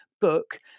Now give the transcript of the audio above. book